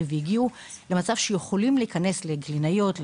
והגיעו למצב שיכולים להיכנס לקלינאיות,